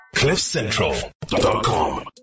Cliffcentral.com